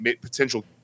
potential